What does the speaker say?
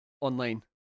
online